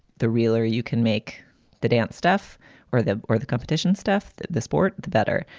the reeler, you can make the dance stuff or the or the competition stuff. the the sport the better.